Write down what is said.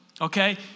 Okay